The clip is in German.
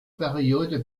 periode